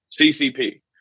CCP